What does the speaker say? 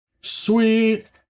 Sweet